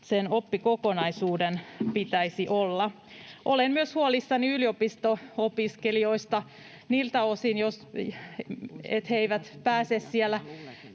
sen oppikokonaisuuden pitäisi olla. Olen myös huolissani yliopisto-opiskelijoista niiltä osin, että he eivät pääse siihen